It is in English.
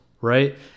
right